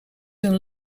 een